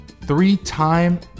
three-time